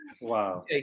Wow